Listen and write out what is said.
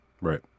Right